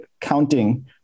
counting